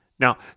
Now